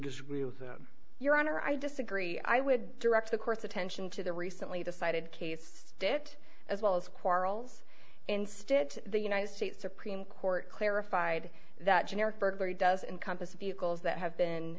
disagree with your honor i disagree i would direct the course attention to the recently decided case that as well as quarrels instead the united states supreme court clarified that generic burglary does encompass vehicles that have been